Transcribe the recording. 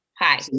Hi